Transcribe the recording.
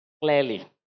clearly